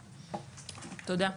תודה.